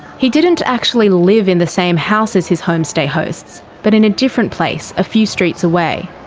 he didn't actually live in the same house as his homestay hosts but in a different place, a few streets away.